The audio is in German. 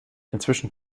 inzwischen